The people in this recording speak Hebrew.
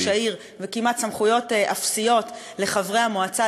העיר וסמכויות כמעט אפסיות לחברי המועצה,